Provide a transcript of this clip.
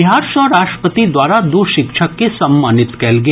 बिहार सँ राष्ट्रपति द्वारा दू शिक्षक के सम्मानित कयल गेल